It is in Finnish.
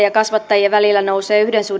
ja kasvattajien välillä nousee yhdestä